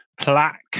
plaque